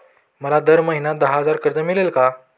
मला दर महिना दहा हजार कर्ज मिळेल का?